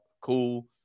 cool